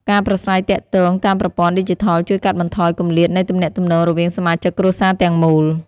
ការប្រាស្រ័យទាក់ទងតាមប្រព័ន្ធឌីជីថលជួយកាត់បន្ថយគម្លាតនៃទំនាក់ទំនងរវាងសមាជិកគ្រួសារទាំងមូល។